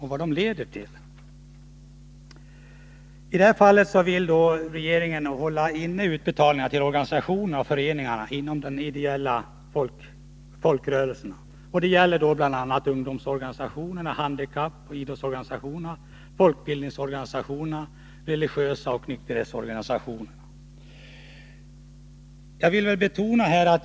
I detta fall vill regeringen hålla inne utbetalningarna till organisationer och föreningar inom de ideella folkrörelserna, bl.a. ungdomsorganisationerna, handikapporganisationerna, idrottsorganisationerna, folkbildningsorganisationerna, de religiösa organisationerna samt nykterhetsorganisationerna.